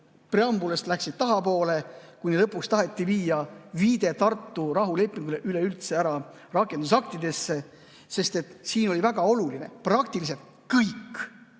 [alustades] läksid tahapoole, kuni lõpuks taheti viia viide Tartu rahulepingule üleüldse ära rakendusaktidesse. Siin oli väga oluline see, et praktiliselt kõik